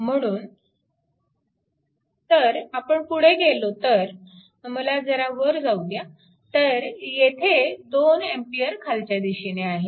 म्हणून तर आपण पुढे गेलो तर मला जरा वर जाऊ द्या तर येथे 2A खालच्या दिशेने आहे